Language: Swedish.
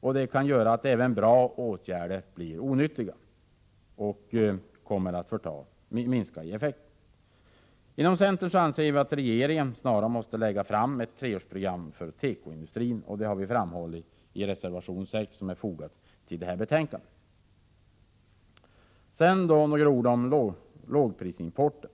och det kan göra att även bra åtgärder blir onyttiga och får mindre effekt. Inom centern anser vi att regeringen snarast måste lägga fram ett treårsprogram för tekoindustrin. Det har vi framhållit i reservation 6, som är fogad till detta betänkande. Jag vill också säga några ord om lågprisimporten.